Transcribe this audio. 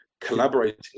collaborating